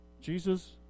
Jesus